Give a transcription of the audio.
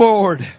Lord